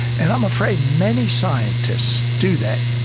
and i'm afraid many scientists do that.